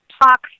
talk